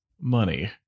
money